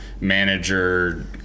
manager